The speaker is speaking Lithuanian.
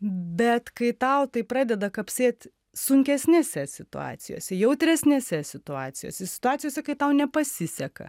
bet kai tau tai pradeda kapsėt sunkesnėse situacijose jautresnėse situacijose situacijose kai tau nepasiseka